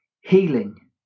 healing